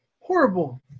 Horrible